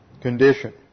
condition